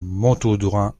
montaudoin